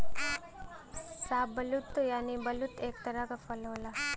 शाहबलूत यानि बलूत एक तरह क फल होला